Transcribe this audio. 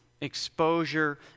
Exposure